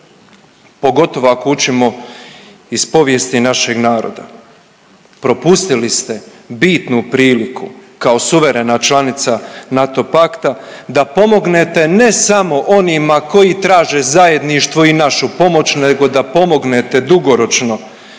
Pogotovo ako učimo iz povijesti našeg naroda. Propustili ste bitnu priliku kao suverena članica NATO pakta da pomognete, ne samo onima koji traže zajedništvo i našu pomoć nego da pomognete dugoročno